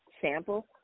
sample